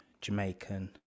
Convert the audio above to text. Jamaican